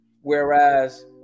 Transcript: whereas